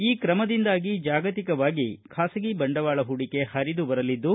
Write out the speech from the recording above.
ಈ ಕ್ರಮದಿಂದಾಗಿ ಜಾಗತಿಕವಾಗಿ ಖಾಸಗಿ ಬಂಡವಾಳ ಹೂಡಿಕೆ ಹರಿದು ಬರಲಿದ್ದು